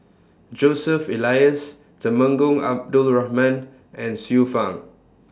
Joseph Elias Temenggong Abdul Rahman and Xiu Fang